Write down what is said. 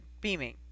beaming